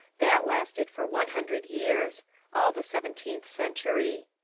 that lasted for one hundred years all the seventeenth century.